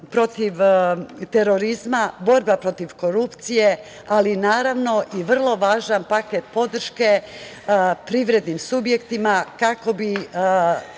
protiv terorizma, borba protiv korupcije, ali naravno i vrlo važan paket podrške privrednim subjektima kako bi